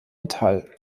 metall